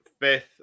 fifth